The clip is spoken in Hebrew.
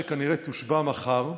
שכנראה תושבע מחר,